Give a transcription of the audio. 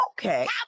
okay